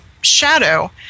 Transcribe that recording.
shadow